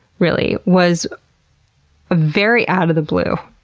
really was a very out of the blue,